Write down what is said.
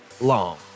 long